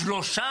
שלושה?